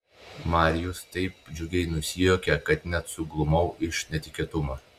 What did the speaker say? marijus taip džiugiai nusijuokė kad net suglumau iš netikėtumo